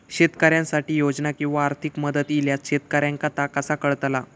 शेतकऱ्यांसाठी योजना किंवा आर्थिक मदत इल्यास शेतकऱ्यांका ता कसा कळतला?